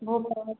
Bhopal